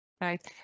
Right